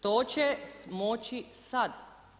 To će moći sada.